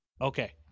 Okay